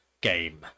Game